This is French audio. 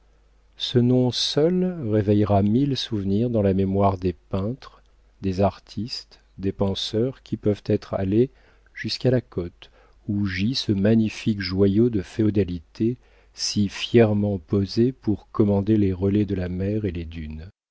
ce nom seul réveillera mille souvenirs dans la mémoire des peintres des artistes des penseurs qui peuvent être allés jusqu'à la côte où gît ce magnifique joyau de féodalité si fièrement posé pour commander les relais de la mer et les dunes